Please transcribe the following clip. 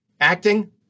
Acting